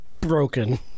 broken